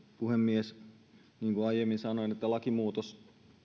puhemies niin kuin aiemmin sanoin lakimuutos